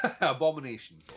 abomination